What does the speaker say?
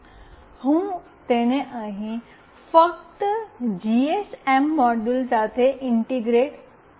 હું તેને અહીં ફક્ત જીએસએમ મોડ્યુલ સાથે ઇન્ટીગ્રૅટ કરીશ